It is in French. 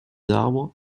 arbres